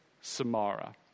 Samara